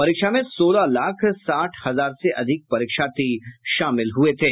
परीक्षा में सोलह लाख साठ हजार से अधिक परीक्षार्थी शामिल हुये थे